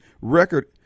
record